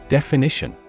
Definition